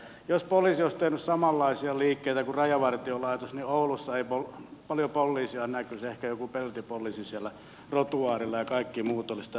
jos poliisi olisi tehnyt samanlaisia liikkeitä kuin rajavartiolaitos niin oulussa ei paljon polliisia näkyisi ehkä joku peltipolliisi siellä rotuaarilla ja kaikki muut olisivat täällä jossain muualla